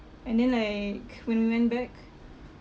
and then like when we went back